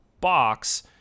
box